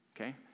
okay